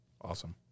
Awesome